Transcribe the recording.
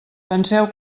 penseu